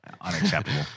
unacceptable